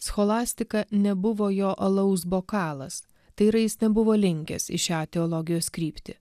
scholastika nebuvo jo alaus bokalas tai yra jis nebuvo linkęs į šią teologijos kryptį